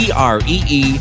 tree